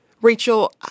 Rachel